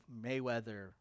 Mayweather